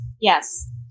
yes